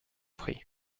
prix